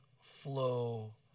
flow